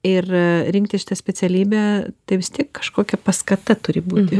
ir rinktis šitą specialybę tai vis tiek kažkokia paskata turi būti